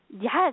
Yes